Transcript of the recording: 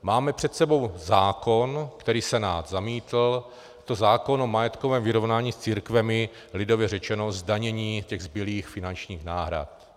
Máme před sebou zákon, který Senát zamítl, je to zákon o majetkovém vyrovnání s církvemi, lidově řečeno zdanění těch zbylých finančních náhrad.